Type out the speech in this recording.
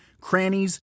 crannies